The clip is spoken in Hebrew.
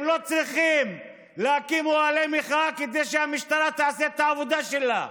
הם לא צריכים להקים אוהלי מחאה כדי שהמשטרה תעשה את העבודה שלה,